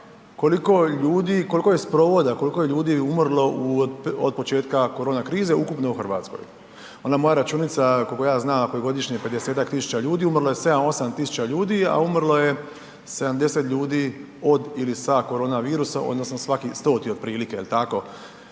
koliko je sprovoda, koliko je ljudi umrlo od početka korona krize ukupno u RH? Ona moja računica, koliko ja znam, ako je godišnje 50-tak tisuća ljudi umrlo je 7-8 tisuća ljudi, a umrlo je 70 ljudi „od“ ili „sa“ koronavirusom odnosno svaki stoti otprilike, jel tako,